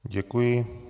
Děkuji.